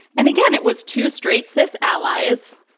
and again, it was two straight cis allies,